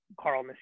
Carl